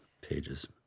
pages